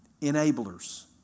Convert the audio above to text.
enablers